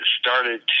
started